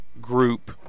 group